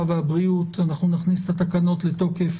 והבריאות - אנחנו נכניס את התקנות לתוקף